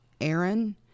Aaron